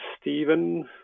Stephen